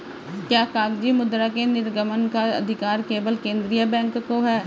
क्या कागजी मुद्रा के निर्गमन का अधिकार केवल केंद्रीय बैंक को है?